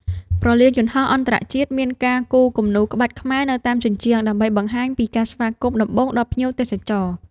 ព្រលានយន្តហោះអន្តរជាតិមានការគូរគំនូរក្បាច់ខ្មែរនៅតាមជញ្ជាំង ដើម្បីបង្ហាញពីការស្វាគមន៍ដំបូងដល់ភ្ញៀវបរទេស។